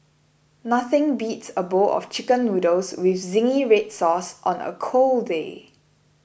nothing beats a bowl of Chicken Noodles with Zingy Red Sauce on a cold day